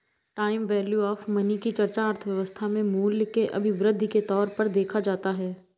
time value of money की चर्चा अर्थव्यवस्था में मूल्य के अभिवृद्धि के तौर पर देखा जाता है